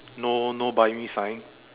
no no buy me sign